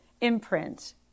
imprint